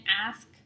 ask